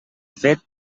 fet